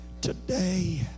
today